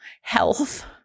health